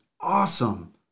awesome